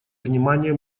внимание